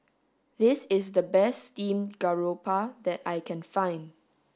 this is the best steamed garoupa that I can find